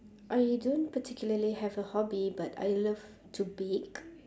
I don't particularly have a hobby but I love to bake